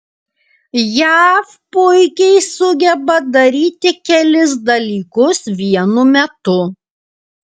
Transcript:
jav puikiai sugeba daryti kelis dalykus vienu metu